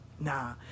nah